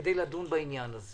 כדי לדון בעניין הזה